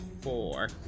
four